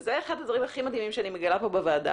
וזה אחד הדברים שהכי מדהימים שאני מגלה פה בוועדה,